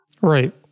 Right